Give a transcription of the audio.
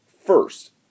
First